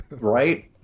right